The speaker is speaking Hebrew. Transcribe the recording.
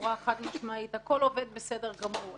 בצורה חד-משמעית: הכול עובד בסדר גמור,